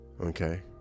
okay